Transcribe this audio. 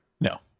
No